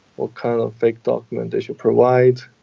what kind of fake documents they should provide.